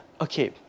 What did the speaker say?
okay